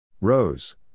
Rose